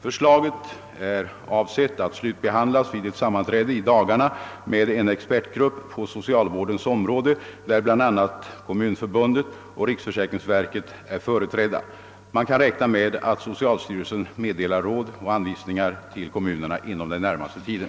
Förslaget är avsett att slutbehandlas vid ett sammanträde i dagarna med en expertgrupp på socialvårdens område, där bl.a. Svenska kommunförbundet och riksförsäkringsverket är företrädda. Man kan räkna med att socialstyrelsen meddelar råd och anvisningar till kommunerna inom den närmaste tiden.